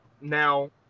Now